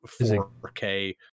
4k